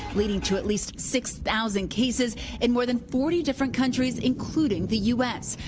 leading to at least six thousand cases in more than forty different countries, including the u s.